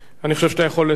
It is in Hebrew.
אני חושב שאתה יכול לצלצל,